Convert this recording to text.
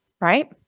right